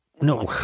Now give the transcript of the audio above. No